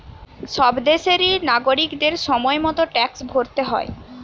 সব দেশেরই নাগরিকদের সময় মতো ট্যাক্স ভরতে হয়